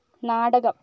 നാടകം